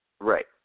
Right